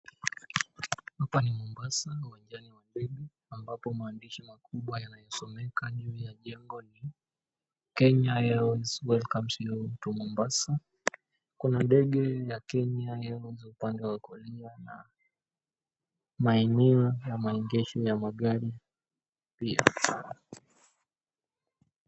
Hapa ni Mombasa uwanjani wa ndege ambapo mahandishi makubwa yanayosomeka nyuma ya jengo ni, "Kenya Airways Welcomes you to Mombasa." Kuna ndege ya Kenya Airways upande wa kulia na maeneo ya maegesho ya magari pia.